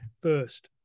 first